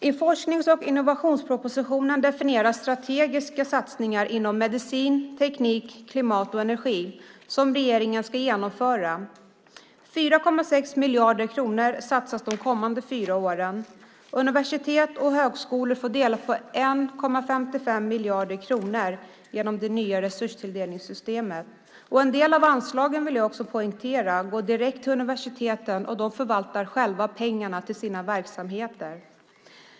I forsknings och innovationspropositionen definieras strategiska satsningar inom medicin, teknik, klimat och energi som regeringen ska genomföra. De kommande fyra åren satsas 4,6 miljarder kronor. Universitet och högskolor får dela på 1,55 miljarder kronor genom det nya resurstilldelningssystemet. Jag vill påpeka att en del av anslagen går direkt till universiteten, och de förvaltar själva pengarna till sina verksamheter.